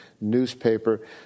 Newspaper